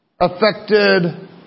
affected